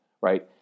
right